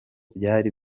byari